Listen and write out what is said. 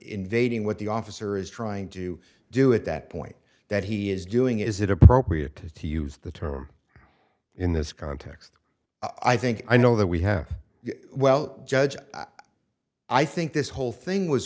invading what the officer is trying to do at that point that he is doing is it appropriate to use the term in this context i think i know that we have well judge i think this whole thing was